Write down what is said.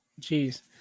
Jeez